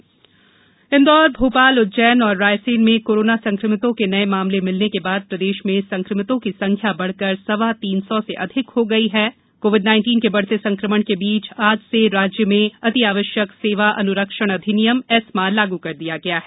corona प्रदेश इंदौर भोपाल उज्जैन और रायसेन में कोरोना संकमितों के नए मामले मिलने के बाद प्रदेश में संक्रमितों की संख्या बढ़कर सवा तीन सौ से अधिक हो गयी बढ़ते संक्रमण को देखते हुए आज से राज्य में अत्यावश्यक सेवा अनुरक्षण अधिनियम एस्मा लागू कर दिया गया है